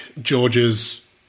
George's